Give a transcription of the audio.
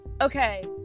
Okay